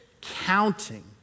counting